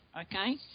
Okay